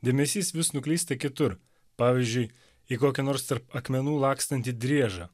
dėmesys vis nuklysta kitur pavyzdžiui į kokį nors tarp akmenų lakstantį driežą